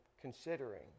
considering